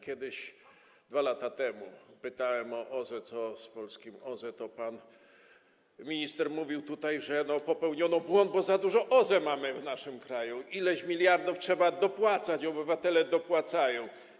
Kiedyś, 2 lata temu pytałem o OZE, co z polskim OZE, to pan minister mówił tutaj, że popełniono błąd, bo mamy za dużo OZE w naszym kraju, ileś miliardów trzeba dopłacać, obywatele dopłacają.